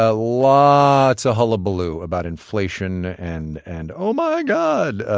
ah lots a hullabaloo about inflation, and and oh, my god,